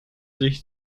sich